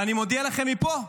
ואני מודיע לכם מפה: